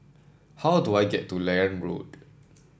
how do I get to Liane Road